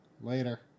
Later